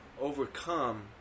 overcome